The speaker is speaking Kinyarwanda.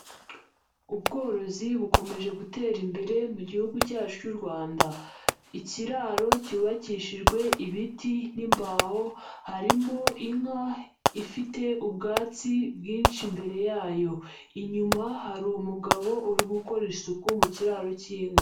Ubworozi bukomeje gutera imbere mu gihugu cyacu cy'u Rwanda, ikiraro cyubakishijwe ibiti n'imbaho harimo inka ifite ubwatsi bwinshi imbere yayo, inyuma hari umugabo uri gukora isuku mu kiraro cy'inka.